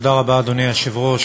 אדוני היושב-ראש,